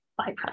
byproduct